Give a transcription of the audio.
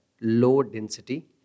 low-density